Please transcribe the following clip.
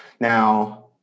Now